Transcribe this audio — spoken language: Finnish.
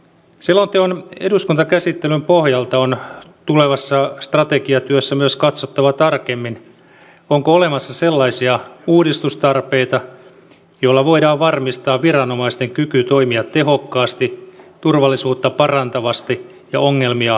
selonteon eduskuntakäsittelyn pohjalta on tulevassa strategiatyössä myös katsottava tarkemmin onko olemassa sellaisia uudistustarpeita joilla voidaan varmistaa viranomaisten kyky toimia tehokkaasti turvallisuutta parantavasti ja ongelmia ennalta ehkäisevästi